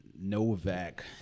Novak